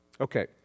Okay